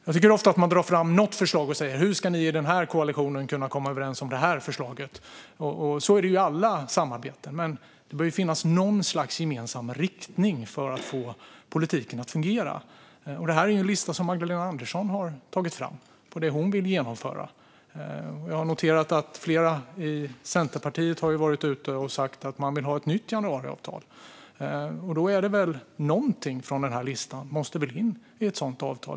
Jag tycker att man ofta drar fram något förslag och säger: Hur ska ni i den här koalitionen kunna komma överens om det här förslaget? Så är det i alla samarbeten. Men det bör finnas något slags gemensam riktning för att få politiken att fungera. Detta är en lista som Magdalena Andersson har tagit fram på det som hon vill genomföra. Jag har noterat att flera i Centerpartiet har varit ute och sagt att de vill ha ett nytt januariavtal. Då måste väl någonting från denna lista in i ett sådant avtal?